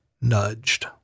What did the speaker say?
nudged